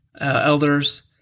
elders